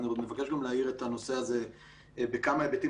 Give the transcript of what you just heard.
אני מבקש להאיר את הנושא הזה בכמה היבטים